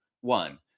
one